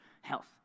health